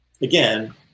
again